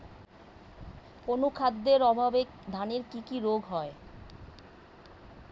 অনুখাদ্যের অভাবে ধানের কি কি রোগ হয়?